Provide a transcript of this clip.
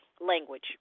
language